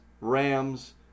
Rams